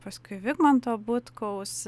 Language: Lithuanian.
paskui vidmanto butkaus